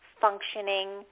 functioning